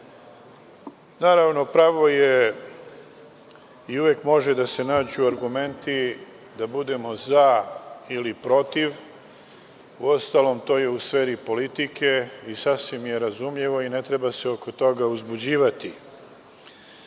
pravo je i uvek može da se nađu argumenti da budemo za ili protiv, uostalom to je u sferi politike i sasvim je razumljivo i ne treba se oko toga uzbuđivati.